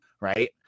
Right